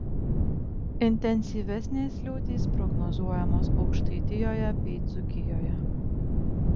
intensyvesnės liūtys prognozuojamos aukštaitijoje bei dzūkijoje